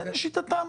זה לשיטתם,